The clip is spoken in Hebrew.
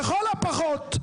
לכל הפחות,